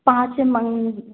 पाँच मंग